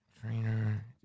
Trainer